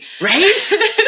Right